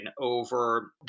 over